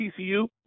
TCU